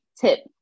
tip